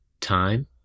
TIME